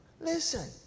listen